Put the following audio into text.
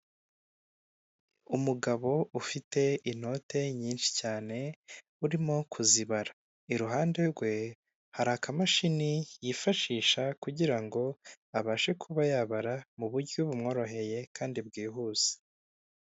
Umugabo ufite inote nyinshi cyane urimo kuzibara, iruhande rwe hari akamashini yifashisha kugira ngo abashe kuba yabara mu buryo bumworoheye kandi bwihuse.